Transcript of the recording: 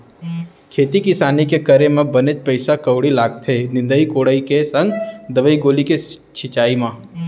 खेती किसानी के करे म बनेच पइसा कउड़ी लागथे निंदई कोड़ई के संग दवई गोली के छिंचाई म